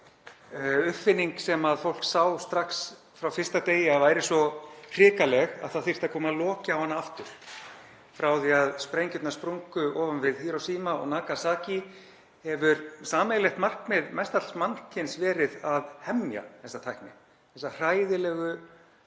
uppfinningu sem fólk sá strax frá fyrsta degi að væri svo hrikaleg að það þyrfti að koma loki á hana aftur. Frá því að sprengjurnar sprungu ofan við Hírósíma og Nagasaki hefur sameiginlegt markmið mestalls mannkyns verið að hemja þessa tækni, þessa hræðilegu tækni